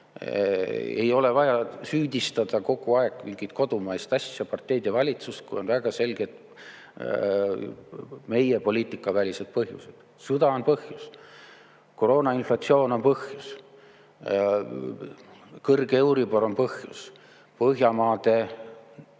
Ei ole vaja süüdistada kogu aeg mingit kodumaist asja, parteid ja valitsust, kui on väga selged meie poliitika välised põhjused. Sõda on põhjus. Koroona ja inflatsioon on põhjus. Kõrge euribor on põhjus. Põhjamaade